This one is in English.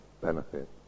benefit